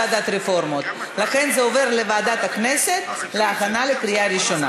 עברה בקריאה טרומית ועוברת לוועדת הכלכלה להכנה לקריאה ראשונה.